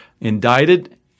indicted